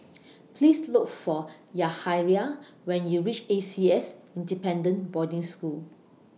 Please Look For Yahaira when YOU REACH A C S Independent Boarding School